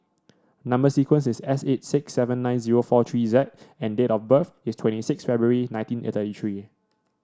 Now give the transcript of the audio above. number sequence is S eight six seven nine zero four three Z and date of birth is twenty six February nineteen a thirty three